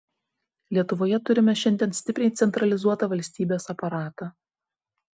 lietuvoje turime šiandien stipriai centralizuotą valstybės aparatą